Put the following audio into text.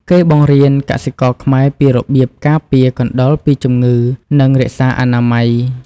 គេបង្រៀនកសិករខ្មែរពីរបៀបការពារកណ្តុរពីជំងឺ និងរក្សាអនាម័យ។